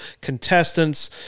contestants